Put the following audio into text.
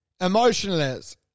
emotionless